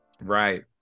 Right